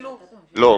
לא.